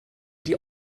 die